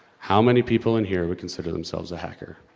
how many people in here would consider themselves a hacker?